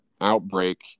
outbreak